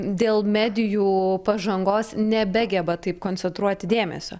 dėl medijų pažangos nebegeba taip koncentruoti dėmesio